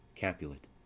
Capulet